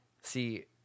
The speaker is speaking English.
See